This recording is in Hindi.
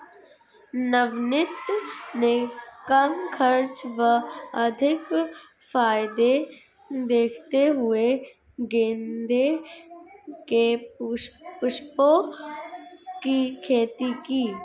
नवनीत ने कम खर्च व अधिक फायदे देखते हुए गेंदे के पुष्पों की खेती की